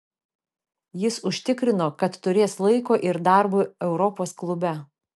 jis užtikrino kad turės laiko ir darbui europos klube